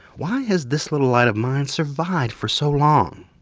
why has this little light of mine survived for so long?